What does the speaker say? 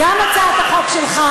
גם הצעת החוק שלך,